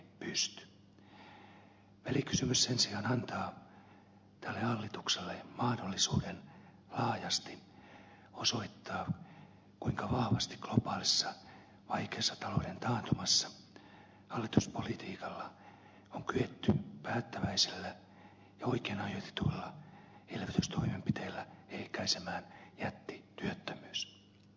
välikysymys sen sijaan antaa tälle hallitukselle mahdollisuuden laajasti osoittaa kuinka vahvasti globaalissa vaikeassa talouden taantumassa hallituspolitiikalla on kyetty päättäväisellä ja oikein ajoitetuilla elvytystoimenpiteillä ehkäisemään jättityöttömyys